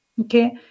okay